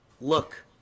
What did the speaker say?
look